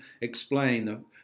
explain